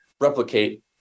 replicate